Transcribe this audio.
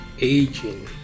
aging